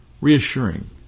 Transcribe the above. reassuring